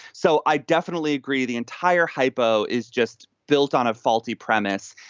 so i definitely agree the entire hypo is just built on a faulty premise.